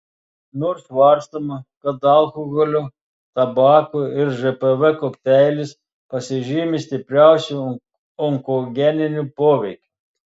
nors svarstoma kad alkoholio tabako ir žpv kokteilis pasižymi stipriausiu onkogeniniu poveikiu